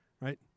Right